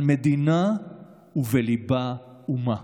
על מדינה ובליבה אומה: